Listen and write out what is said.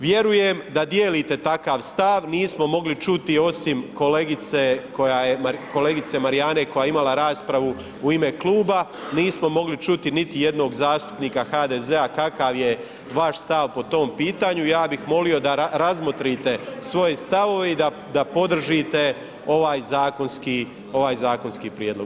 Vjerujem da dijelite takav stav, nismo mogli čuti osim kolegice koja je, kolegice Marijane koja je imala raspravu u ime kluba, nismo mogli čuti niti jednog zastupnika HDZ-a kakav je vaš stav po tom pitanju, ja bih molio da razmotrite svoje stavove i da podržite ovaj zakonski, ovaj zakonski prijedlog.